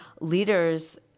leaders